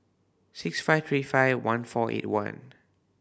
six five three five one four eight one